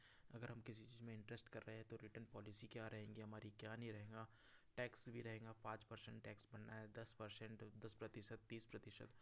अगर हम किसी चीज़ में इंट्रेस्ट कर रहे तो रिटर्न पॉलिसी क्या रहेंगी हमारी क्या नहीं रहेंगा टैक्स भी रहेगा पाँच पर्सेंट टैक्स भरना है दस पर्सेंट दस प्रतिशत तीस प्रतिशत